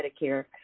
medicare